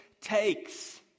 takes